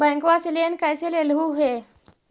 बैंकवा से लेन कैसे लेलहू हे?